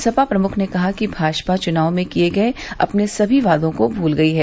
सपा प्रमुख ने कहा कि भाजपा चुनाव में किये गये अपने सभी वादों को भूल गई है